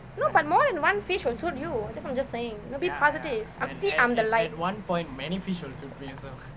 no but more than one fish will suit you that's what I'm just saying be positive see I'm the light